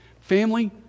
Family